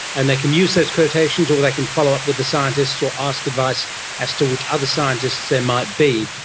and they can use those quotations or they can follow up with the scientists or ask advice as to which other scientists there might be,